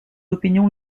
opinions